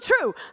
true